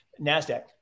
NASDAQ